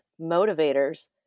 motivators